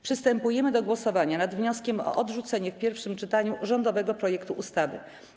Przystępujemy do głosowania nad wnioskiem o odrzucenie w pierwszym czytaniu rządowego projektu ustawy.